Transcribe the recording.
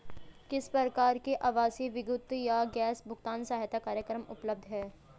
किस प्रकार के आवासीय विद्युत या गैस भुगतान सहायता कार्यक्रम उपलब्ध हैं?